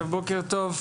בוקר טוב.